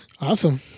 awesome